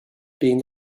being